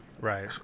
right